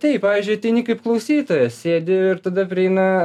taip pavyzdžiui ateini kaip klausytojas sėdi ir tada prieina